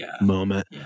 moment